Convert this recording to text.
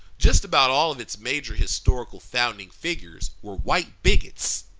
just about all of its major historical founding figures were white bigots.